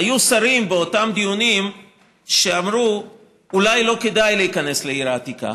היו שרים באותם דיונים שאמרו שאולי לא כדאי להיכנס לעיר העתיקה,